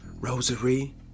Rosary